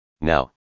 Now